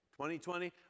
2020